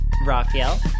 Raphael